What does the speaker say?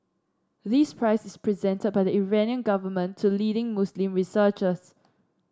this prize is presented by the Iranian government to leading Muslim researchers